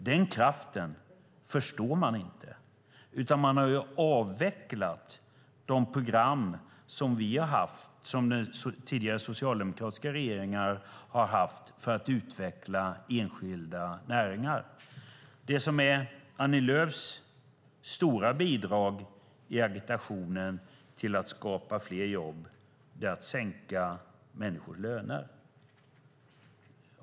Den kraften förstår man inte utan man har avvecklat de program som tidigare socialdemokratiska regeringar har haft för att utveckla enskilda näringar. Det som är Annie Lööfs stora bidrag i agitationen för att skapa fler jobb är att sänka människors löner.